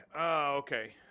Okay